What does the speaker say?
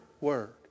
word